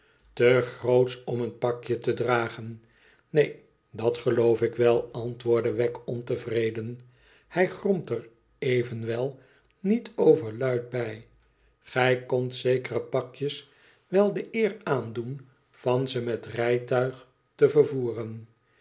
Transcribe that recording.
te grootsch om een pakje te dragen neen dat geloof ik wèl antwoordt wegg ontevreden hij gromt er evenwel niet o ver luid bij gij kondt zekere pakjes wel de eer aandoen van ze met rijtuig te ver